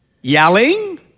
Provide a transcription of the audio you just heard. yelling